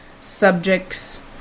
subjects